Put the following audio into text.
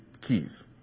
keys